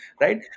right